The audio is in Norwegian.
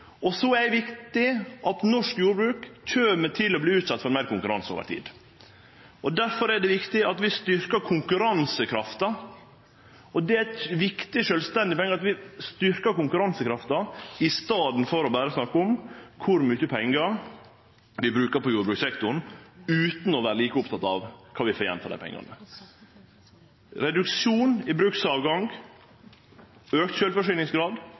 til. Så er det viktig at norsk jordbruk kjem til å verte utsett for meir konkurranse over tid. Derfor er det viktig at vi styrkjer konkurransekrafta, og det er eit viktig sjølvstendig poeng at vi styrkjer konkurransekrafta i staden for berre å snakke om kor mykje pengar vi brukar på jordbrukssektoren utan å vere like opptekne av kva vi får igjen for pengane. Reduksjon i bruksavgang, auka sjølvforsyningsgrad,